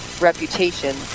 reputation